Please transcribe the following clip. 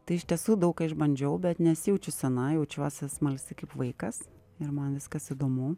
tai iš tiesų daug ką išbandžiau bet nesijaučiu sena jaučiuosi smalsi kaip vaikas ir man viskas įdomu